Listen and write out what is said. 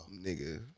nigga